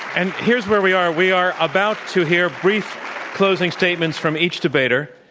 and here's where we are. we are about to hear brief closing statements from each debater.